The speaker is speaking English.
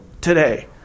Today